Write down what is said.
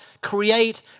create